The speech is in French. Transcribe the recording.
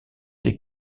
des